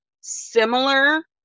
similar